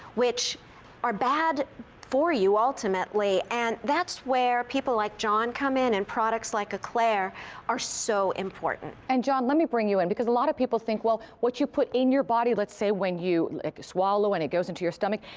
which are bad for you ultimately, and that's where people like john come in and products like eclair are so important. and john, let me bring you in because a lot of people think well what you put in your body, let's say when you like swallow and it goes into your stomach.